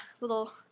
little